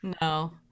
no